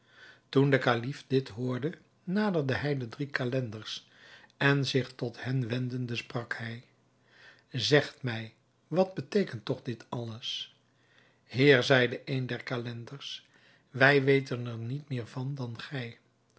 toen de kalif dit hoorde naderde hij de drie calenders en zich tot hen wendende sprak hij zegt mij wat beteekent toch dit alles heer zeide een der calenders wij weten er niet meer van dan gij